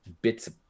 bits